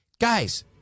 guys –